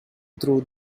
through